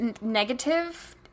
negative